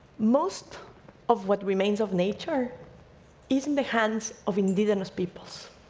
most of what remains of nature is in the hands of indigenous peoples.